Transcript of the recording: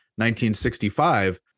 1965